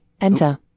enter